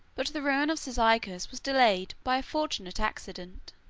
but the ruin of cyzicus was delayed by a fortunate accident.